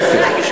להפך,